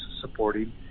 supporting